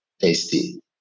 tasty